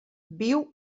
viu